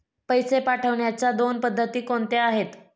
पैसे पाठवण्याच्या दोन पद्धती कोणत्या आहेत?